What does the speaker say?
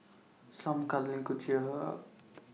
some cuddling could cheer her up